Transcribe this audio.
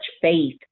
faith